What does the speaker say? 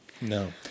No